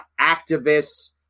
activists